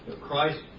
Christ